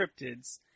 cryptids